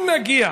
אם נגיע,